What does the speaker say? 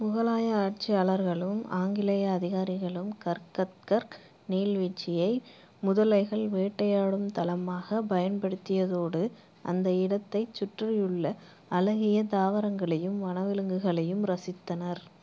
முகலாய ஆட்சியாளர்களும் ஆங்கிலேய அதிகாரிகளும் கர்கத்கர் நீர்வீழ்ச்சியை முதலைகள் வேட்டையாடும் தளமாகப் பயன்படுத்தியதோடு அந்த இடத்தைச் சுற்றியுள்ள அழகிய தாவரங்களையும் வனவிலங்குகளையும் ரசித்தனர்